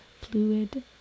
fluid